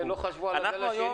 הם לא חשבו על הגל השני.